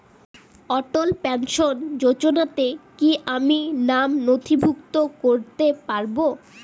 অটল pension যোজনাতে কি আমি নাম নথিভুক্ত করতে পারবো?